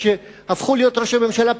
וכשהפכו להיות ראשי ממשלה,